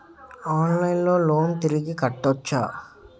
ఆన్లైన్లో లోన్ తిరిగి కట్టోచ్చా?